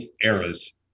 eras